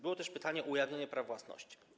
Było też pytanie o ujawnienie praw własności.